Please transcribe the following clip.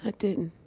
but didn't.